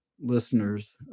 listeners